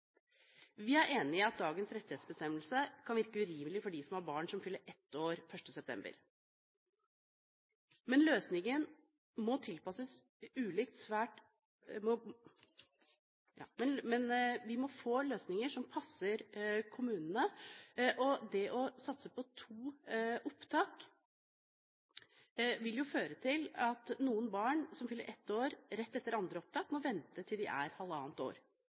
Vi er enig i at dagens rettighetsbestemmelse kan virke urimelig for dem som har barn som fyller ett år 1. september, men vi må få løsninger som passer for kommunene, og det å satse på to opptak vil jo føre til at noen barn – de som fyller ett år rett etter andre opptak – må vente til de er halvannet år.